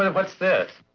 what's this?